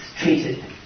treated